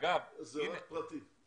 זה רק פרטי.